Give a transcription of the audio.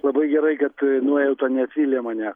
labai gerai kad nuojauta neapvylė mane